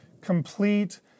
complete